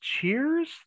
cheers